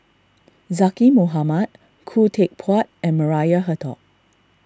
Zaqy Mohamad Khoo Teck Puat and Maria Hertogh